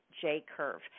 J-Curve